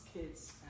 kids